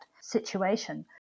situation